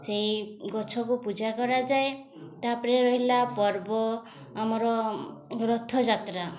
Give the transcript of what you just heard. ସେଇ ଗଛକୁ ପୂଜା କରାଯାଏ ତା'ପରେ ରହିଲା ପର୍ବ ଆମର ରଥଯାତ୍ରା